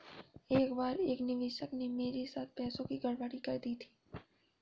एक बार एक निवेशक ने मेरे साथ पैसों की गड़बड़ी कर दी थी